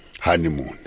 Honeymoon